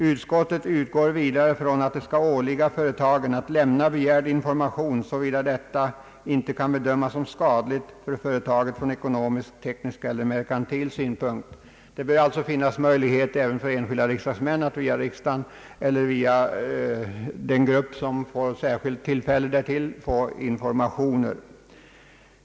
Utskotiet utgår vidare från att det skall åligga företagen att lämna begärd information såvida detta inte kan bedömas som skadligt för företaget från ekonomisk, teknisk eller merkantil synpunkt.» Det bör alltså finnas möjlighet även för enskilda riksdagsmän att få informationer via riksdagen eller via den grupp som får särskilt tillstånd till sådan information.